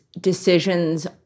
decisions